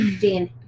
Dan